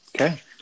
Okay